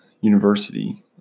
University